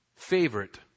Favorite